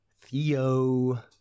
Theo